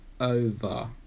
over